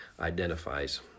identifies